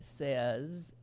says